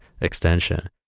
extension